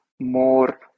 more